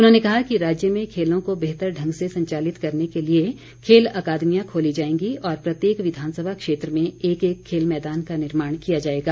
उन्होंने कहा कि राज्य में खेलों को बेहतर ढंग से संचालित करने के लिए खेल अकादमियां खोली जाएंगी और प्रत्येक विधानसभा क्षेत्र में एक एक खेल मैदान का निर्माण किया जाएगा